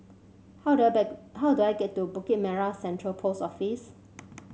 how do I bake how do I get to Bukit Merah Central Post Office